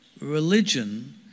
religion